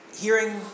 hearing